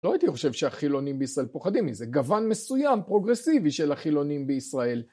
לא הייתי חושב שהחילונים בישראל פוחדים מזה, גוון מסוים פרוגרסיבי של החילונים בישראל.